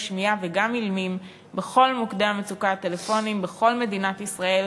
שמיעה וגם אילמים בכל מוקדי המצוקה הטלפוניים בכל מדינת ישראל,